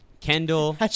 Kendall